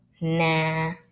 nah